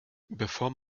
bevor